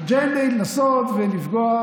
האג'נדה היא לנסות ולפגוע,